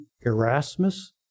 Erasmus